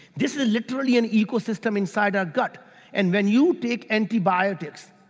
this is literally an ecosystem inside our gut and when you take antibiotics,